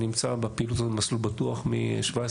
נמצא בפעילות הזאת "מסלול בטוח" מ-17